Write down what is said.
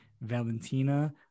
Valentina